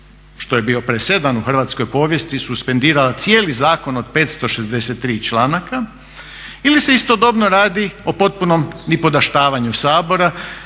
što je bio presedan u hrvatskoj povijesti, suspendirala cijeli zakon od 563 članaka ili se istodobno radi o potpunom nipodaštavaju Sabora